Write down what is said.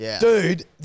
Dude